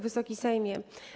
Wysoki Sejmie!